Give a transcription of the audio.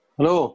Hello